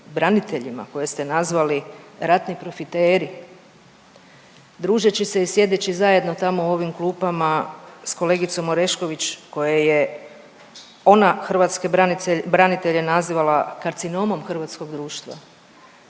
koje ste nazvali ratni profiteri družeći se i sjedeći zajedno tamo u ovim klupama s kolegicom Orešković koja je ona hrvatske branitelje nazvala karcinomom hrvatskom društva.